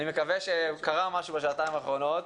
אני מקווה שקרה משהו בשעתיים האחרונות.